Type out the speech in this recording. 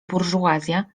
burżuazja